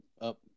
up